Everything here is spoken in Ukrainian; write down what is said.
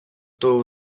того